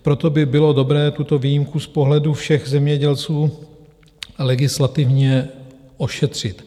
Proto by bylo dobré tuto výjimku z pohledu všech zemědělců legislativně ošetřit.